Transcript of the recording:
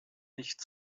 nicht